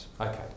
Okay